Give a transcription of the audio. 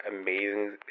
amazing